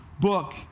book